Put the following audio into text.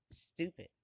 stupid